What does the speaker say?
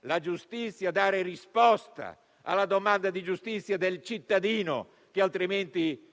la giustizia a dare risposta alla domanda di giustizia del cittadino, che altrimenti